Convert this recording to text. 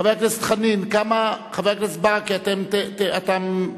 חבר הכנסת חנין, חבר הכנסת ברכה, אתה מדבר.